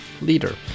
leader